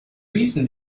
reason